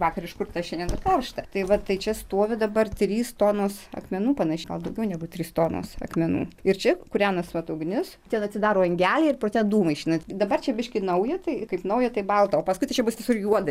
vakar iškurta šiandien dar karšta tai va tai čia stovi dabar trys tonos akmenų panaši gal daugiau negu trys tonos akmenų ir čia kūrenas vat ugnis čia va atsidaro angelė ir pro te dūmai išeina dabar čia biškį nauja tai kaip nauja tai balta o paskui tai čia bus visur juoda žiema